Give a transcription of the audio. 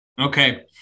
Okay